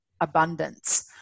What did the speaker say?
abundance